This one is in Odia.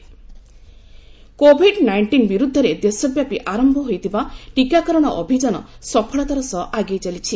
ଭ୍ୟାକ୍ଟିନେସନ କୋଭିଡ ନାଇଷ୍ଟିନ ବିରୁଦ୍ଧରେ ଦେଶ ବ୍ୟାପୀ ଆରମ୍ଭ ହୋଇଥିବା ଟିକାକରଣ ଅଭିଯାନ ସଫଳତାର ସହ ଆଗେଇ ଚାଲିଛି